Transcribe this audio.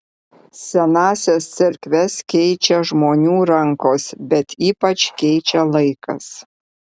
senąsias cerkves keičia žmonių rankos bet ypač keičia laikas